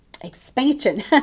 expansion